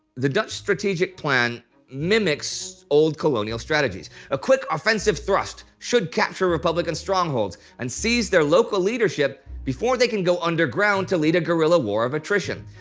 the dutch strategic plan mimics old colonial strategies a quick offensive thrust should capture republican strongholds and seize their local leadership before they can go underground to lead a guerrilla war of attrition.